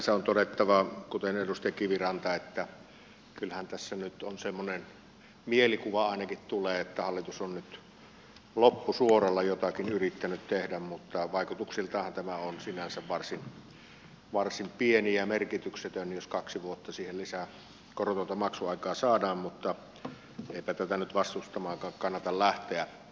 sinänsä on todettava kuten edustaja kiviranta että kyllähän tässä nyt ainakin semmoinen mielikuva tulee että hallitus on nyt loppusuoralla jotakin yrittänyt tehdä mutta vaikutuksiltaanhan tämä on sinänsä varsin pieni ja merkityksetön jos kaksi vuotta siihen lisää korotonta maksuaikaa saadaan mutta eipä tätä nyt vastustamaankaan kannata lähteä